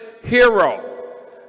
hero